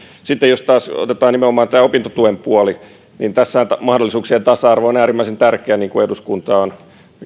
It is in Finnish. sitten jos taas otetaan nimenomaan tämä opintotuen puoli niin tässä mahdollisuuksien tasa arvo on äärimmäisen tärkeä niin kuin eduskunta on